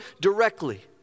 directly